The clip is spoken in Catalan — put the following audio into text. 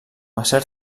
acer